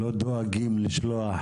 הם לא דואגים לשלוח